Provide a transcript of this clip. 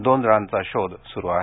दोन जणांचा शोध सुरु आहे